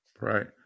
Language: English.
Right